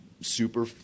super